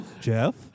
Jeff